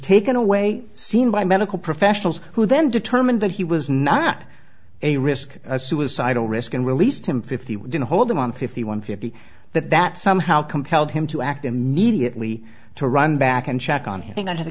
taken away seen by medical professionals who then determined that he was not a risk a suicidal risk and released him fifty didn't hold him on fifty one fifty that that somehow compelled him to act immediately to run back and check on h